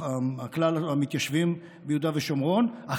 כלל המתיישבים ביהודה ושומרון.